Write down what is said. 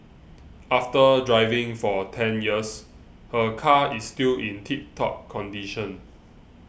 after driving for ten years her car is still in tip top condition